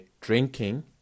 drinking